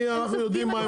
הם סופגים את הריבית.